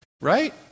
right